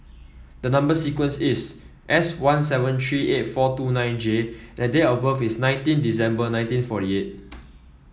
the number sequence is S one seven three eight four two nine J and date of birth is twenty nine December nineteen forty eight